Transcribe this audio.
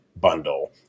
bundle